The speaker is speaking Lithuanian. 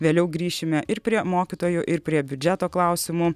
vėliau grįšime ir prie mokytojų ir prie biudžeto klausimų